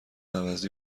عوضی